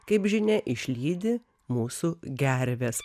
kaip žinia išlydi mūsų gervės